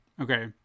okay